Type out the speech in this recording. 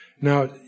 Now